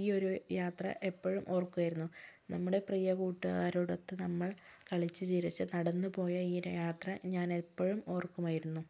ഈയൊരു യാത്ര എപ്പോഴും ഓർക്കുവായിരുന്നു നമ്മുടെ പ്രിയ കൂട്ടുകാരോടൊത്തു നമ്മൾ കളിച്ച് ചിരിച്ച് നടന്ന് പോയ ഈ ഒരു യാത്ര ഞാനെപ്പോഴും ഓർക്കുമായിരുന്നു